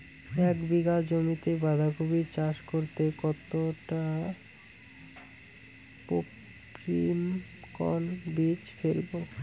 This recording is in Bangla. এক বিঘা জমিতে বাধাকপি চাষ করতে কতটা পপ্রীমকন বীজ ফেলবো?